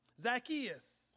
Zacchaeus